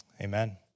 amen